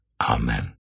Amen